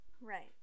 Right